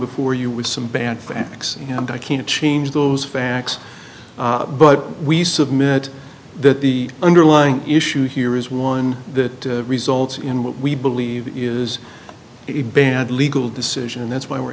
before you with some bad facts and i can't change those facts but we submit that the underlying issue here is one that results in what we believe is it bad legal decision and that's why we're